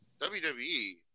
WWE